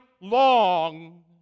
long